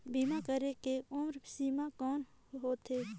बीमा करे के उम्र सीमा कौन होथे?